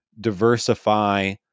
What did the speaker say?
diversify